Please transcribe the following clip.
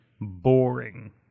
boring